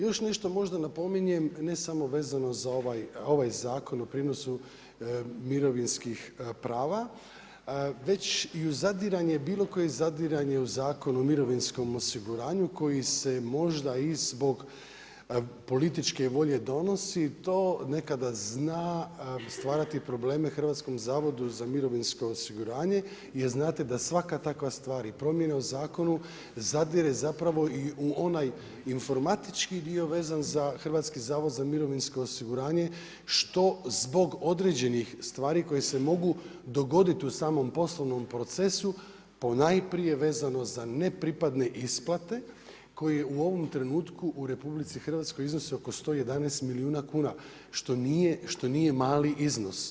Još nešto možda napominjem, ne samo vezano za ovaj Zakon o prijenosu mirovinskih prava već i u zadiranje, bilo koje zadiranje u Zakon o mirovinskom osiguranju koji se možda i zbog političke volje donosi, to nekada zna stvarati probleme Hrvatskom zavodu za mirovinsko osiguranje jer znate da svaka takva stvar i promjena u zakonu zadire zapravo i u onaj informatički dio vezan za Hrvatski zavod za mirovinsko osiguranje što zbog određenih stvari koje se mogu dogoditi u samom poslovnom procesu ponajprije vezano za nepripadne isplate koje u ovom trenutku u RH iznose oko 111 milijuna kuna što nije mali iznos.